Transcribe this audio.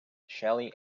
shelly